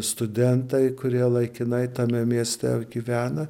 studentai kurie laikinai tame mieste gyvena